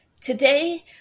Today